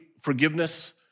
forgiveness